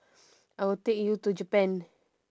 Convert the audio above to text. I will take you to japan